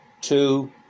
Two